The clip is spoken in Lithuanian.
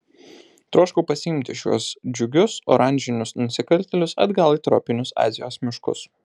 troškau pasiimti šiuos džiugius oranžinius nusikaltėlius atgal į tropinius azijos miškus